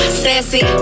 sassy